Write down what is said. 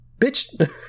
bitch